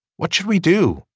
what should we do.